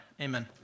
Amen